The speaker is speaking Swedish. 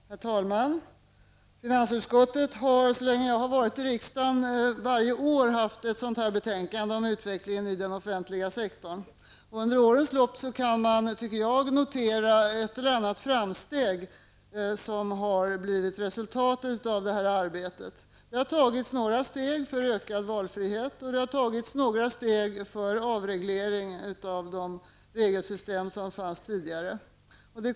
Herr talman! Finansutskottet har så länge jag har varit i riksdagen varje år haft ett betänkande om utvecklingen i den offentliga sektorn. Under årens lopp har man kunnat notera ett och annat framsteg som ett resultat av detta arbete. Det har tagits några steg till ökad valfrihet, och det har tagits några steg för avreglering av de regelsystem som fanns tidigare.